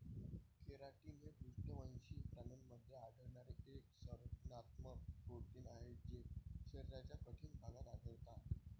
keratin हे पृष्ठवंशी प्राण्यांमध्ये आढळणारे एक संरचनात्मक प्रोटीन आहे जे शरीराच्या कठीण भागात आढळतात